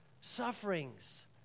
sufferings